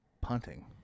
punting